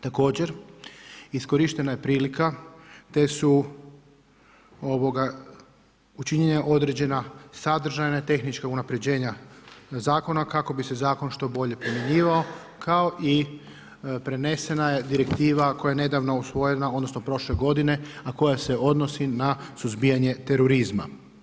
Također iskorištena je prilika, te su učinjene određena sadržajna i tehnička unapređenja zakona, kako bi se zakon što bolje primjenjivao, kao i prenesena je direktiva, koja je nedavno usvojena odnosno, prošle g. a koja se odnosi na suzbijanje terorizma.